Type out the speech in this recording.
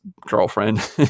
girlfriend